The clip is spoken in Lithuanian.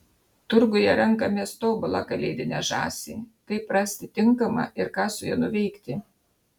turguje renkamės tobulą kalėdinę žąsį kaip rasti tinkamą ir ką su ja nuveikti